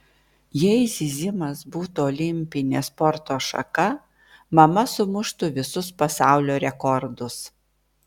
jei zyzimas būtų olimpinė sporto šaka mama sumuštų visus pasaulio rekordus